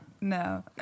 No